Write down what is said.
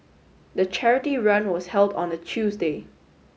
the charity run was held on a Tuesday